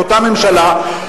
ואותה ממשלה,